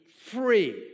free